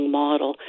model